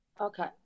Okay